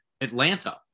Atlanta